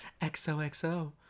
XOXO